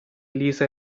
elisa